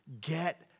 get